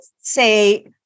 say